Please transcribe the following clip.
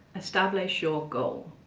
establish your goal.